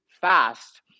fast